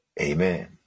Amen